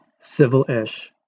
Civil-ish